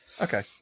Okay